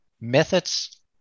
methods